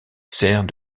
sert